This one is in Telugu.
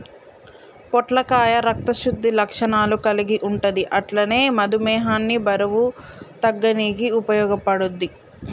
పొట్లకాయ రక్త శుద్ధి లక్షణాలు కల్గి ఉంటది అట్లనే మధుమేహాన్ని బరువు తగ్గనీకి ఉపయోగపడుద్ధి